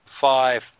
five